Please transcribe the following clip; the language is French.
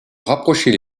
rapprocher